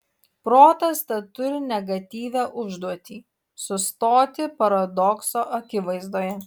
protas tad turi negatyvią užduotį sustoti paradokso akivaizdoje